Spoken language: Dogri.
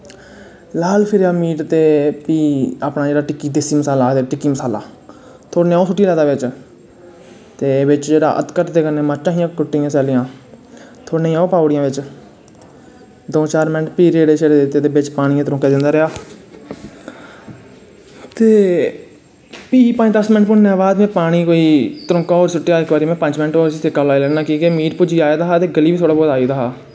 लाल फिरेआ मीट ते फ्ही देस्सी अपनी टिक्की मसाला टिक्की मसाला आखदे जिसी थोह्ड़े नेहा ओह् सुट्टी लैत्ता बिच्च ते बिच्च जेह्ड़ा अदरकते मर्तां हियां कुट्टी दियां सैल्लियां ओह् सुट्टी ओड़ियां बिच्च दऊं चार मैंट फ्ही रेड़े दित्ते ते पानियें दे तरौंके दित्ते ते फ्ही पंज दस मैंट भुन्नोें दै बाद में पानी कोई तरौंका होर सुट्टेआ पंज दस होर सेका लोआ लैन्ने आं क्योंकि मीट भुज्जी गेदा हा ते गली बी थोह्ड़ा बौह्त गेदा हा